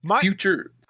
future